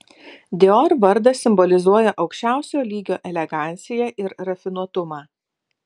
dior vardas simbolizuoja aukščiausio lygio eleganciją ir rafinuotumą